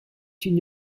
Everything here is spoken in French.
une